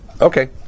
Okay